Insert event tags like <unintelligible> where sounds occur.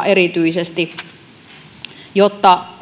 <unintelligible> erityisesti kaupunkiseuduilla